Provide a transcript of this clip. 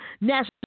national